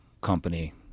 company